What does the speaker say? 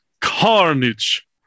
carnage